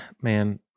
Man